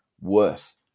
worse